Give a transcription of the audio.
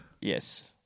Yes